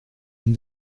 une